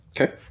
Okay